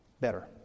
better